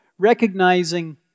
recognizing